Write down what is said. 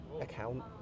account